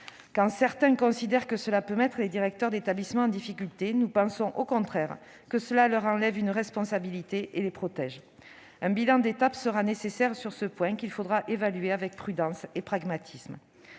public. Certains considèrent qu'un tel dispositif peut mettre les directeurs d'établissement en difficulté. Nous pensons au contraire qu'il leur enlève une responsabilité et les protège. Un bilan d'étape sera nécessaire sur ce point, qu'il faudra évaluer avec prudence et pragmatisme.